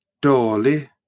Dolly